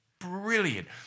Brilliant